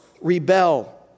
rebel